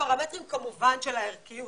בפרמטרים כמובן של הערכיות,